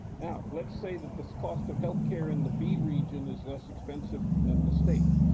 yeah let's say that the cost of health care in the b region is less expensive than the state,